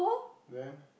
then